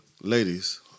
ladies